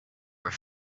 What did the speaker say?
were